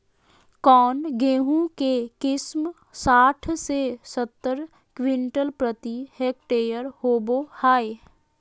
कौन गेंहू के किस्म साठ से सत्तर क्विंटल प्रति हेक्टेयर होबो हाय?